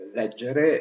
leggere